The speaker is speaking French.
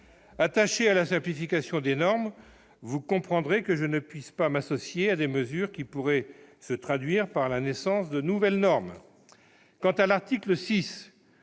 attaché à la simplification des normes, je ne puisse m'associer à des mesures qui pourraient se traduire par la naissance de nouvelles normes.